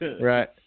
Right